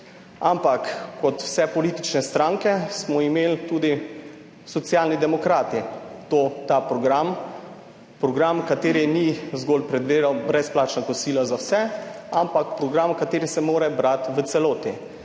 Ampak kot vse politične stranke smo imeli tudi Socialni demokrati ta program, program, ki ni zgolj predvideval brezplačna kosila za vse, ampak program, ki se mora brati v celoti.